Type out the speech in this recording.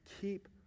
Keep